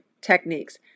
techniques